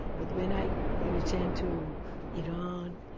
but when i returned to iran